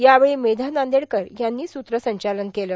यावेळी मेधा नांदेडकर यांनी सूत्र संचालन केलं